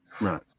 Right